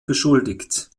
beschuldigt